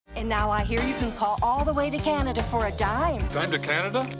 and now i hear you can call all the way to canada for a dime. dime to canada?